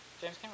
James